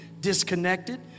disconnected